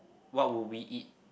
what would we eat